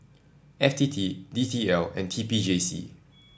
F T T D T L and T P J C